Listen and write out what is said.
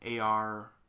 AR